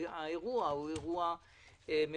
האירוע הוא מאוד גדול,